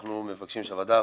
שאנחנו מבקשים שהוועדה הארצית,